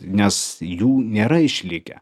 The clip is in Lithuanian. nes jų nėra išlikę